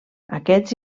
aquests